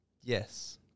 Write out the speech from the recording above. Yes